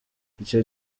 icyo